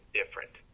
different